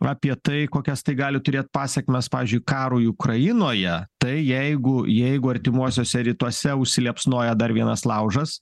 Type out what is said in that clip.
apie tai kokias tai gali turėt pasekmes pavyzdžiui karui ukrainoje tai jeigu jeigu artimuosiuose rytuose užsiliepsnoja dar vienas laužas